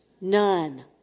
None